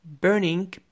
burning